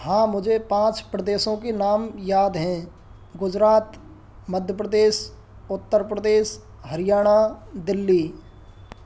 हाँ मुझे पाँच प्रदेशों की नाम याद हैं गुजरात मध्य प्रदेश उत्तर प्रदेश हरियाणा दिल्ली